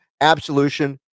absolution